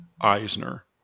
Eisner